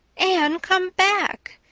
anne, come back,